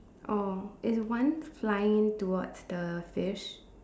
oh is one flying towards the fish